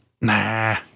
Nah